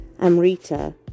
Amrita